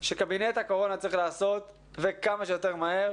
שקבינט הקורונה צריך לעשות וכמה שיותר מהר